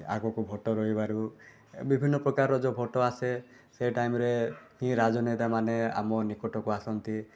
ଆଗକୁ ଭୋଟ୍ ରହିବାରୁ ବିଭିନ୍ନପ୍ରକାର ଯେଉଁ ଭୋଟ୍ ଆସେ ସେହି ଟାଇମ୍ରେ ହିଁ ରାଜନେତାମାନେ ଆମ ନିକଟକୁ ଆସନ୍ତି